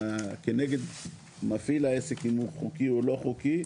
כנגד מפעיל העסק אם הוא חוקי או לא חוקי,